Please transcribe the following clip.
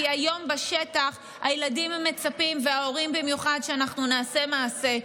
כי היום בשטח הילדים ובמיוחד ההורים מצפים שאנחנו נעשה מעשה,